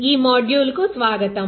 ఈ మాడ్యూల్ కు స్వాగతం